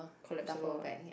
collapsable ah